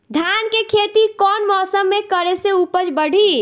धान के खेती कौन मौसम में करे से उपज बढ़ी?